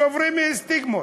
שוברים סטיגמות.